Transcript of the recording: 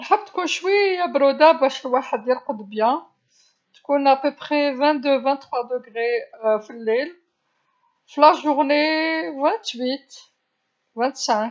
نحب تكون شويه بروده باش الواحد يرقد جيدا، تكون تقريب إثنان وعشرون ثلاثة وعشرون درجة في الليل، في النهار ثمانية وعشرون خمسة وعشرون.